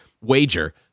wager